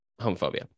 homophobia